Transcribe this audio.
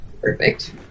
perfect